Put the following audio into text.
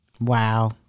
Wow